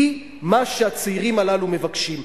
היא מה שהצעירים הללו מבקשים.